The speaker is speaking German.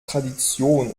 tradition